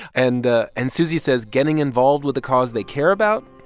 and ah and susie says getting involved with a cause they care about.